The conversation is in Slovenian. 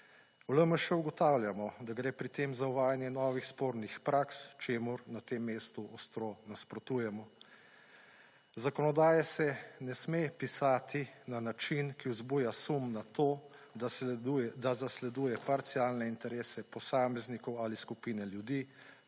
V LMŠ ugotavljamo, da gre pri tem za uvajanje novih spornih praks, čemur na tem mestu ostro nasprotujemo. Zakonodaje se ne sme pisati na način, ki vzbuja sum na to, da zasleduje parcialne interese posameznikov ali skupine ljudi